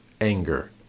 anger